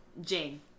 Jane